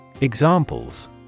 Examples